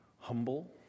humble